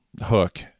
hook